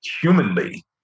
humanly